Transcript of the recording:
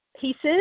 pieces